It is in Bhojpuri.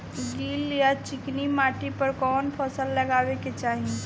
गील या चिकन माटी पर कउन फसल लगावे के चाही?